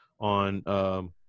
on –